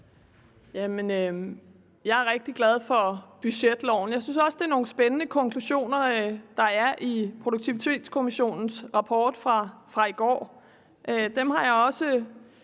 Jeg er rigtig glad for budgetloven. Jeg synes også, at det er nogle spændende konklusioner, der er i Produktivitetskommissionens rapport fra i går. Dem har jeg også